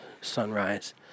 sunrise